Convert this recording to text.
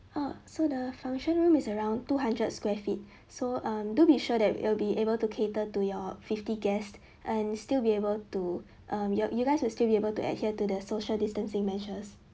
oh so the function room is around two hundred square feet so um do be sure that we'll be able to cater to your fifty guests and still be able to um you're you guys will still be able to adhere to their social distancing measures